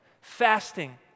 Fasting